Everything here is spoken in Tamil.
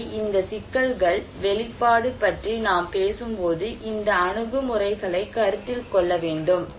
எனவே இந்த சிக்கல்கள் வெளிப்பாடு பற்றி நாம் பேசும்போது இந்த அணுகுமுறைகளை கருத்தில் கொள்ள வேண்டும்